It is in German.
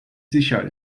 sicher